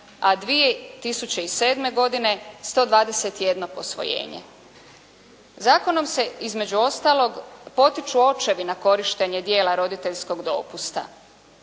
a 2007. godine 121 posvojenje. Zakonom se između ostalog potiču očevi na korištenje dijela roditeljskog dopusta.